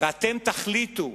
ואתם תחליטו,